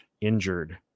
injured